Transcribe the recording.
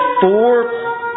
four